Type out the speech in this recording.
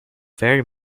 very